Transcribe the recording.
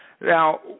now